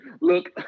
look